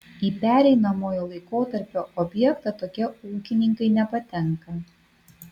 į pereinamojo laikotarpio objektą tokie ūkininkai nepatenka